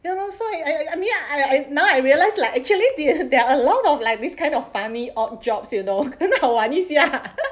ya lor so I I mean I I now I realise like actually there are a lot of like this kind of funny odd jobs you know 很好玩一下